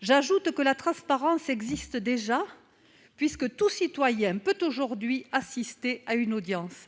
J'ajoute que la transparence existe déjà, puisque tout citoyen peut aujourd'hui assister à une audience.